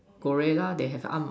gorilla they have mah